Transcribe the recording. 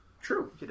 true